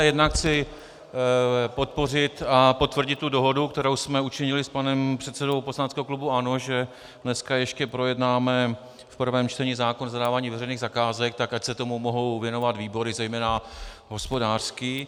Jednak chci podpořit a potvrdit tu dohodu, kterou jsme učinili s panem předsedou poslaneckého klubu ANO, že dneska ještě projednáme v prvém čtení zákon o zadávání veřejných zakázek, tak ať se tomu mohou věnovat výbory, zejména hospodářský.